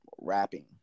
rapping